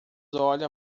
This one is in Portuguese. olha